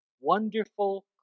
Wonderful